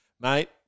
mate